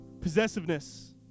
Possessiveness